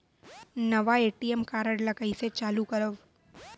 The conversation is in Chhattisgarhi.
नवा ए.टी.एम कारड ल कइसे चालू करव?